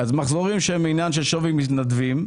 מחזורים שהם עניין של שווי מתנדבים,